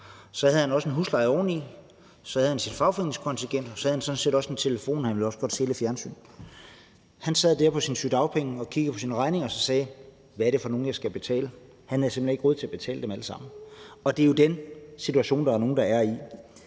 Så havde han også en husleje oveni, så havde han sit fagforeningskontingent, og så havde han sådan set også en telefon, og så ville han også godt se lidt fjernsyn. Han sad der med sine sygedagpenge, kiggede på sine regninger og sagde: Hvad er det for nogle, jeg skal betale? Han havde simpelt hen ikke råd til at betale dem alle sammen. Og det er jo den situation, der er nogle, der er i.